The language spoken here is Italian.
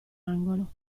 angolo